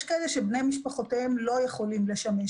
יש כאלה שבני משפחותיהם לא יכולים לשמש